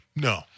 No